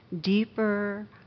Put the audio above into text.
deeper